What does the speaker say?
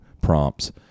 prompts